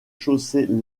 chaussée